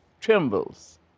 trembles